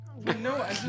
No